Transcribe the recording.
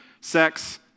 sex